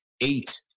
eight